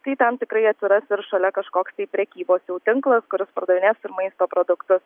tai ten tikrai atsiras ir šalia kažkoks tai prekybos jau tinklas kuris pardavinės ir maisto produktus